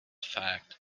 fact